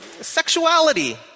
sexuality